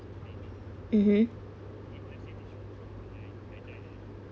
mmhmm